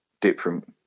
different